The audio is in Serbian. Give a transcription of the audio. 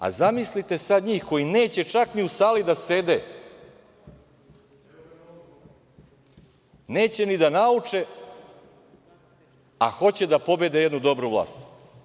A zamislite sad njih koji neće čak ni u sali da sede, neće ni da nauče, a hoće da pobede jednu dobru vlast.